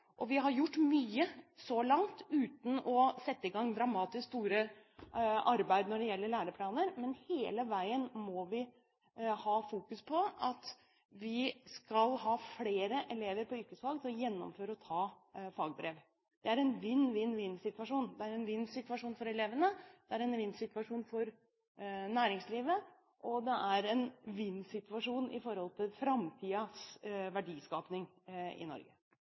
Vi har gjort mye så langt uten å sette i gang dramatisk store arbeid når det gjelder læreplaner, men hele veien må vi ha fokus på at vi skal ha flere elever på yrkesfag til å gjennomføre og ta fagbrev. Det er en vinn-vinn-vinn-situasjon – det er en vinn-situasjon for elevene, det er en vinn-situasjon for næringslivet, og det er en vinn-situasjon med hensyn til framtidens verdiskaping i Norge.